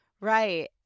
Right